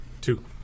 Two